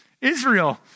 Israel